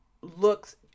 looks